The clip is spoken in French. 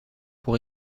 pour